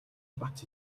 бат